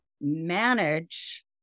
manage